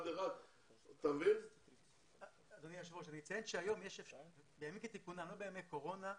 אני אציין שבימים כתיקונם, לא בימי קורונה,